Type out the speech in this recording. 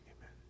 amen